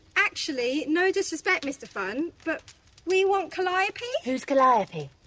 actually, no disrespect, mr funn but we want calliope. who's calliope?